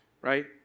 right